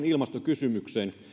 ilmastokysymykseen